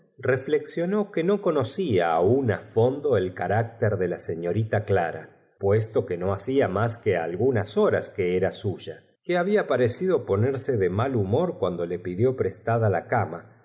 flexionó que no con ocia aún á fondo el carácter de la señorila clara puesto que no bacía más que algunas horas que era suya c ue babia pa recido ponerse de m ll humor cuando le pidió prestada la cama